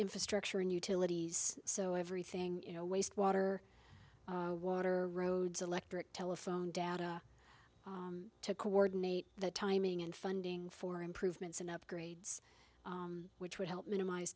infrastructure and utilities so everything you know waste water water roads electric telephone data to coordinate the timing and funding for improvements in upgrades which would help minimize